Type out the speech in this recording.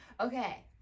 Okay